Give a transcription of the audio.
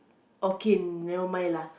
okay never mind lah